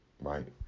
right